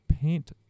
paint